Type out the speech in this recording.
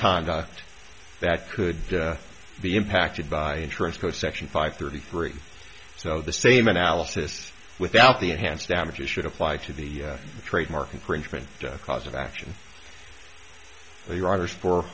conduct that could be impacted by insurance code section five thirty three so the same analysis without the enhanced damages should apply to the trademark infringement cause of action of the writers for